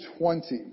20